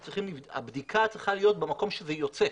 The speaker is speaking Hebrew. הבדיקה צריכה להיות במקום שזה יוצא.